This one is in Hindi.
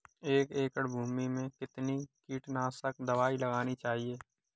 एक एकड़ भूमि में कितनी कीटनाशक दबाई लगानी चाहिए?